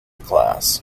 class